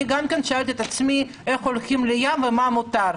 אני גם שאלתי את עצמי איך הולכים לים ומה מותר.